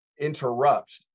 interrupt